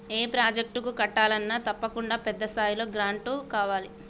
ఏ project కట్టాలన్నా తప్పకుండా పెద్ద స్థాయిలో గ్రాంటు కావాలి